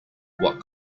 what